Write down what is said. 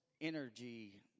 energy